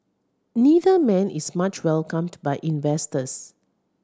neither man is much welcomed by investors